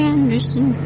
Anderson